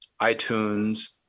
iTunes